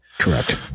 Correct